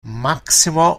maximo